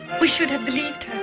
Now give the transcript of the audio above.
we should have believed